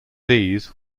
these